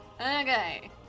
Okay